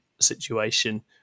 situation